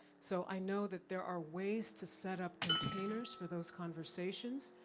so i know that there are ways to set up containers for those conversations,